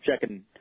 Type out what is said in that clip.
checking